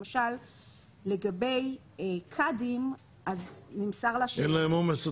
למשל לגבי קאדים -- אין להם עומס,